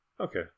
okay